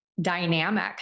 dynamic